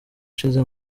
ushize